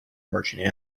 merchant